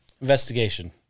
investigation